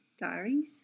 diaries